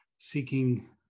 seeking